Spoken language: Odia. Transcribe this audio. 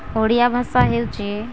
ଓଡ଼ିଆ ଭାଷା ହେଉଛି